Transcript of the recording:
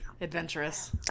Adventurous